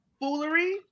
foolery